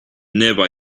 nearby